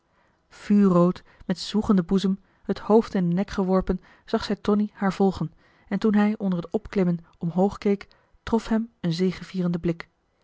vuurrood met zwoegenden boezem het hoofd in den nek geworpen zag zij tonie haar volgen en toen hij onder het opklimmen omhoog keek trof hem een zegevierende blik